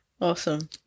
Awesome